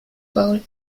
bowl